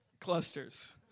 Clusters